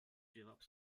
cevap